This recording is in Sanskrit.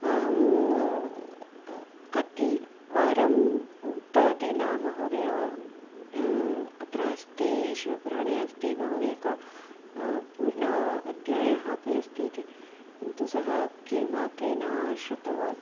अहं कतिवारम् उक्तवती न महोदय अत्र अस्ति शिवपुराणे अस्ति महोदय एकः पूर्णः अध्यायः अपि अस्ति इति किन्तु सः किमपि न श्रुतवान्